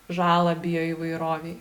žalą bioįvairovei